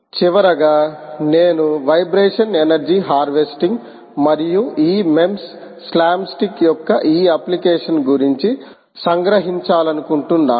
చివరగా నేను vibration energy harvesting మరియు ఈ MEMS స్లామ్ స్టిక్ యొక్క ఈ అప్లికేషన్ గురించి సంగ్రహించాలనుకుంటున్నాను